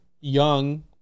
young